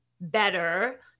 better